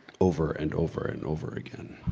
over and over and over again.